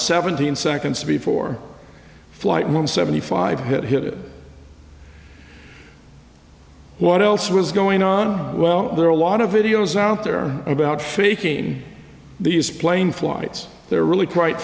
seventeen seconds before flight one seventy five it hit what else was going on well there are a lot of videos out there about faking these plane flights they're really quite